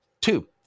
Two